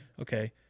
okay